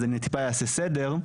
אז אני טיפה אעשה סדר: